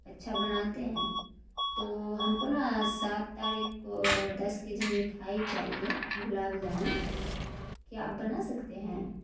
اچھا بناتے ہیں تو ہم کو نا سات تاریخ کو دس کے جی مٹھائی چاہیے گلاب جامن کیا آپ بنا سکتے ہیں